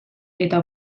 eta